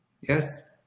Yes